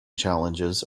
challenges